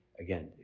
Again